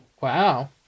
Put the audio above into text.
wow